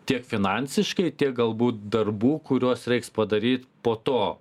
tiek finansiškai tiek galbūt darbų kuriuos reiks padaryt po to